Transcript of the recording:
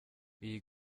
iyi